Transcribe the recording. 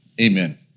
amen